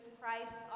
Christ